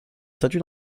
statut